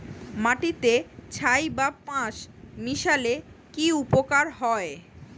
মাটিতে ছাই বা পাঁশ মিশালে কি উপকার হয়?